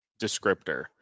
descriptor